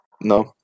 No